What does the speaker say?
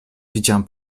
widziałem